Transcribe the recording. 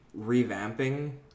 revamping